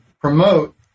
promote